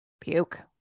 Puke